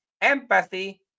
empathy